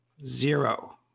Zero